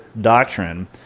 doctrine